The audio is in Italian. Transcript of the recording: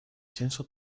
senso